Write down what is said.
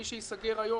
מי שייסגר היום,